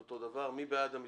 מי בעד המיזוג?